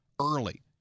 early